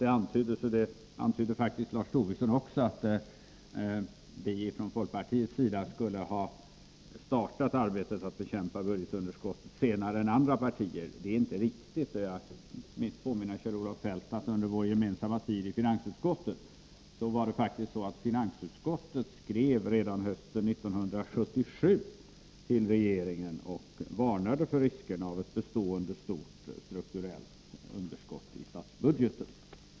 Det antyddes både av Kjell-Olof Feldt och av Lars Tobisson att folkpartiet skulle ha startat arbetet med att bekämpa budgetunderskottet senare än andra partier. Det är inte riktigt. Jag vill påminna Kjell-Olof Feldt om vår gemensamma tid i finansutskottet. Finansutskottet skrev redan 1977 till regeringen och varnade för riskerna av ett bestående, stort strukturellt underskott i statsbudgeten.